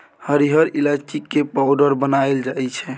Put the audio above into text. हरिहर ईलाइची के पाउडर बनाएल जाइ छै